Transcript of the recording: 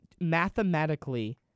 mathematically